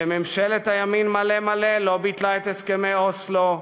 וממשלת הימין מלא-מלא לא ביטלה את הסכמי אוסלו,